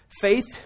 Faith